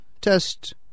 test